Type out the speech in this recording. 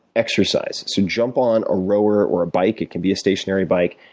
exercise. so jump on a rower or a bike, it can be a stationary bike,